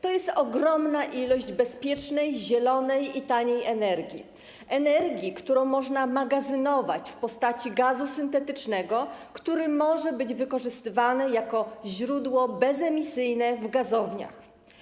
To jest ogromna ilość bezpiecznej, zielonej i taniej energii - energii, którą można magazynować w postaci gazu syntetycznego, który może być wykorzystywany jako źródło bezemisyjne w gazowniach.